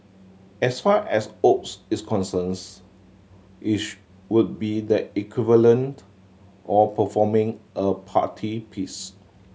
as far as Oz is concerns it would be the equivalent of performing a party piece